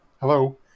Hello